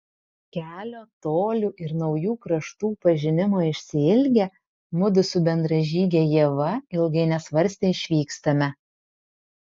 kelio tolių ir naujų kraštų pažinimo išsiilgę mudu su bendražyge ieva ilgai nesvarstę išvykstame